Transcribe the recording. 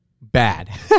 bad